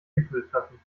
gipfeltreffen